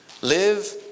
live